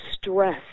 stress